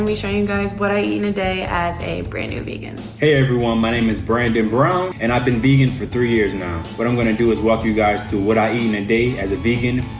be showing you guys what i eat in a day as a brand new vegan. hey, everyone. my name is brandon brown, and i've been vegan for three years now. what i'm gonna do is walk you guys through what i eat in a day as a vegan.